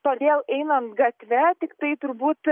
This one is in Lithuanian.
todėl einant gatve tiktai turbūt